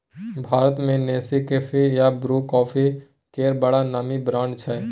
भारत मे नेसकेफी आ Bru coffee केर बड़ नामी ब्रांड छै